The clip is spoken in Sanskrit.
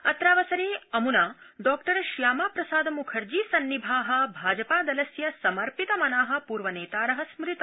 अत्रावसरे अमूना डॉक्टर श्यामा प्रसाद मूखर्जी सन्निभाः भाजपादलस्य समर्पित मनाः पूर्व नेतारः स्मृता